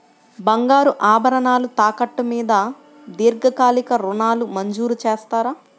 బంగారు ఆభరణాలు తాకట్టు మీద దీర్ఘకాలిక ఋణాలు మంజూరు చేస్తారా?